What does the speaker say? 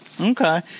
Okay